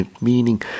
meaning